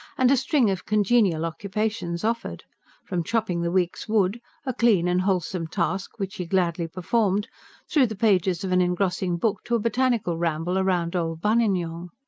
and a string of congenial occupations offered from chopping the week's wood a clean and wholesome task, which he gladly performed through the pages of an engrossing book to a botanical ramble round old buninyong.